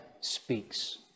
speaks